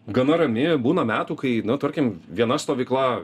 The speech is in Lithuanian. gana rami būna metų kai na tarkim viena stovykla